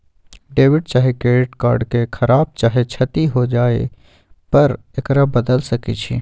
debit चाहे credit card के खराप चाहे क्षति हो जाय पर एकरा बदल सकइ छी